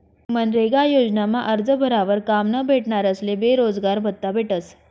मनरेगा योजनामा आरजं भरावर काम न भेटनारस्ले बेरोजगारभत्त्ता भेटस